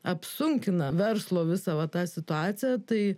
apsunkina verslo visą va tą situaciją tai